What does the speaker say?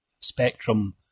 spectrum